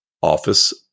office